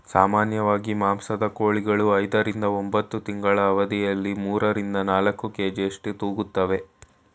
ಸಾಮಾನ್ಯವಾಗಿ ಮಾಂಸದ ಕೋಳಿಗಳು ಐದರಿಂದ ಒಂಬತ್ತು ತಿಂಗಳ ಅವಧಿಯಲ್ಲಿ ಮೂರರಿಂದ ನಾಲ್ಕು ಕೆ.ಜಿಯಷ್ಟು ತೂಗುತ್ತುವೆ